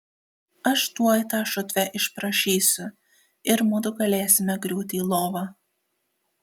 aš tuoj tą šutvę išprašysiu ir mudu galėsime griūti į lovą